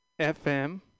FM